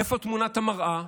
איפה תמונת המראה?